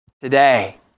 Today